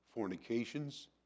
fornications